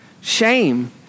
shame